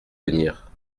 venir